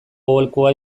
aholkua